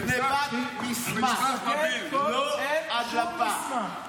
גנבת מסמך, לא הדלפה.